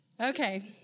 Okay